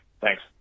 Thanks